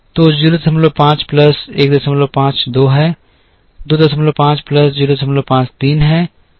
तो 05 प्लस 15 2 है 25 प्लस 05 3 है